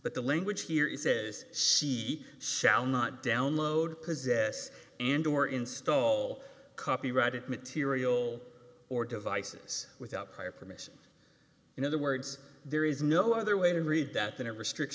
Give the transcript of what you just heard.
but the language here is says she shall not download possess and or install copyrighted material or devices without prior permission in other words there is no other way to read that than ever